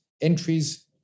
Entries